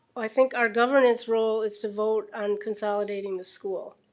i think our governance role is to vote on consolidating the school.